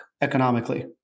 economically